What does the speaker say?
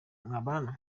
mwabana